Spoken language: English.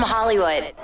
Hollywood